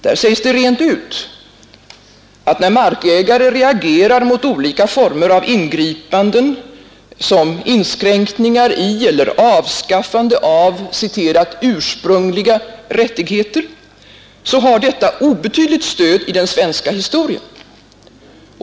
Där sägs det rent ut, att när markägare reagerar mot olika former av ingripanden såsom inskränkningar i eller avskaffande av ”ursprungliga” rättigheter, har detta obetydligt stöd i den svenska historien.